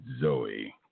Zoe